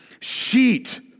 sheet